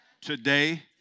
Today